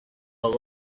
abo